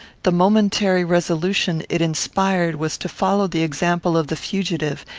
the momentary resolution it inspired was to follow the example of the fugitive,